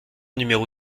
numéro